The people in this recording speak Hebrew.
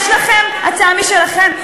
יש לכם הצעה משלכם?